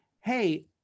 Hey